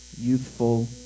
youthful